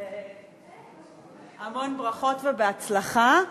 המון ברכות ובהצלחה.